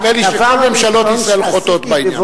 נדמה לי שכל ממשלות ישראל חוטאות בעניין.